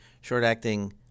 short-acting